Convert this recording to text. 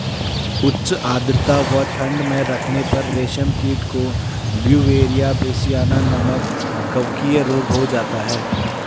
उच्च आद्रता व ठंड में रखने पर रेशम कीट को ब्यूवेरिया बेसियाना नमक कवकीय रोग हो जाता है